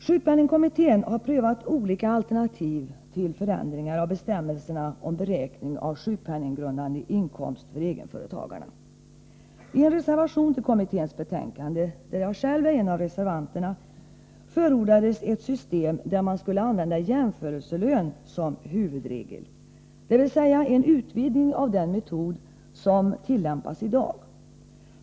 Sjukpenningkommittén har prövat olika alternativ till förändringar av bestämmelserna om beräkning av sjukpenninggrundande inkomst för egenföretagare. I en reservation till kommitténs betänkande, där jag själv är en av reservanterna, förordas ett system med jämförelselön som huvudregel, dvs. en utvidgning av den metod som tillämpas i dag.